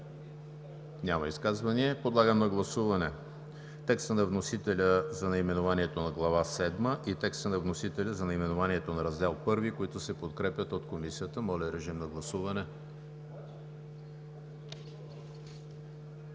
Няма. Подлагам на гласуване текста на вносителя за наименованието на Глава седма и текста на вносителя за наименованието на Раздел I, които се подкрепят от Комисията. Гласували